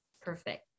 Perfect